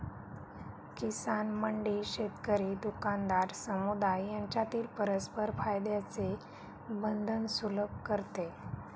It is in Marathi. किसान मंडी शेतकरी, दुकानदार, समुदाय यांच्यातील परस्पर फायद्याचे बंधन सुलभ करते